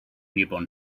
newborn